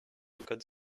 code